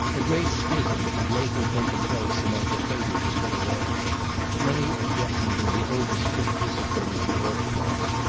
a great schism had lately taken place among the quakers of philadelphia many objecting to the over-strict discipline of the orthodox.